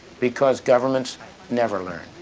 because governments never learn,